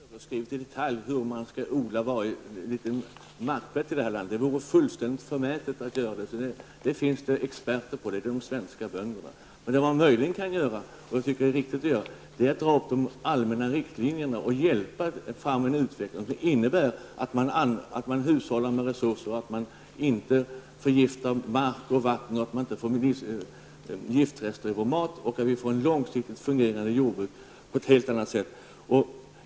Herr talman! Miljöpartiet har inte föreskrivit i detalj hur man skall odla varje liten markplätt i detta land. Det vore fullständigt förmätet att göra så. Det finns experter på det, det är de svenska bönderna. Det man möjligen kan göra, och som jag tycker är riktigt att göra, är att dra upp de allmänna riktlinjerna och hjälpa fram en utveckling som innebär att man hushållar med resurser, inte förgiftar mark och vatten, så att vi får giftrester i vår mat, samt ser till att vi får ett långsiktigt fungerande jordbruk.